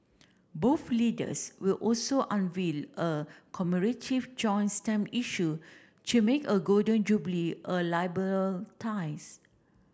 both leaders will also unveil a joint stamp issue to make a Golden Jubilee a ties